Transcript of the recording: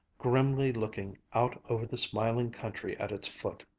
grimly looking out over the smiling country at its foot,